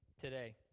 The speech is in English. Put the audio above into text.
today